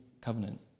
covenant